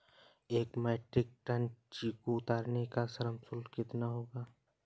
एक metric tonne चीकू उतारने का श्रम शुल्क कितना होगा?